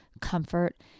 comfort